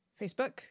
Facebook